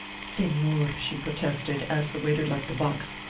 senor, she protested, as the waiter left the box,